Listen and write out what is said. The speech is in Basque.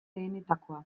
lehenetakoa